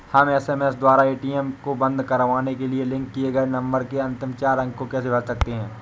हम एस.एम.एस द्वारा ए.टी.एम को बंद करवाने के लिए लिंक किए गए नंबर के अंतिम चार अंक को कैसे भर सकते हैं?